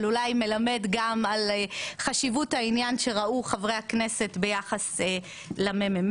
אבל אולי מלמד גם על חשיבות העניין שראו חברי הכנסת ביחס למ.מ.מ,